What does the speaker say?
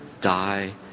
die